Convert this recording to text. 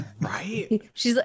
Right